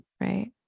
right